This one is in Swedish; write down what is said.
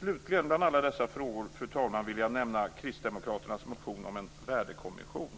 Slutligen bland alla dessa frågor, fru talman, vill jag nämna Kristdemokraternas motion om en värdekommission.